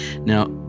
Now